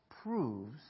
proves